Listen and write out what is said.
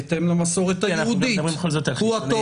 בהתאם למסורת היהודית, הוא במעלה ראשונה.